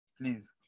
Please